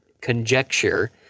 conjecture